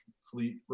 fleet